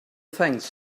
thanks